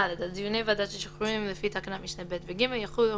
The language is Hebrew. "על דיוני ועדת השחרורים לפי תקנות משנה (ב) ו- (ג) יחולו